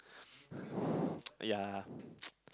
yeah